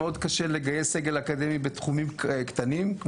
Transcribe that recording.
שמאוד קשה לגייס סגל אקדמי בתחומים קטנים,